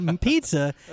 Pizza